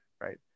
right